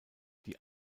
die